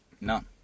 None